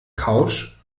couch